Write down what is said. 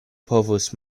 povus